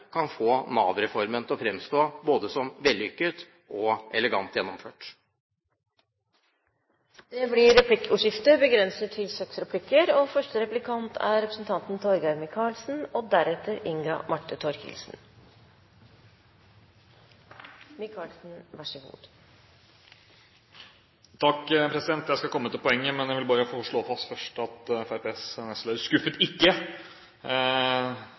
kan få Nav-reformen til å fremstå som både vellykket og elegant gjennomført. Det blir replikkordskifte. Jeg skal komme til poenget, men jeg vil bare få slå fast først at Fremskrittspartiets nestleder ikke skuffet. Representanten